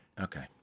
Okay